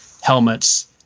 helmets